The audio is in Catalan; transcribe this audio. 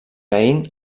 caín